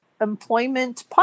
employment